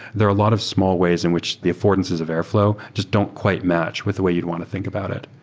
there are a lot of small ways in which the affordances of airfl ow just don't quite match with the way you'd want to think about it.